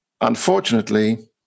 Unfortunately